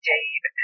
Dave